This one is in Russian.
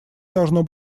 должно